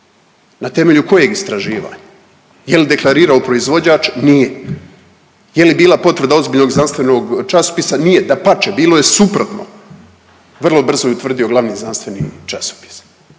na temelju kojeg istraživanja? Je li deklarirao proizvođač? Nije. Je li bila potvrda ozbiljnog znanstvenog časopisa? Nije, dapače bilo je suprotno, vrlo brzo je utvrdio glavni znanstveni časopis.